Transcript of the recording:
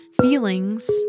feelings